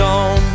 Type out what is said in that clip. on